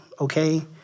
okay